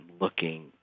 looking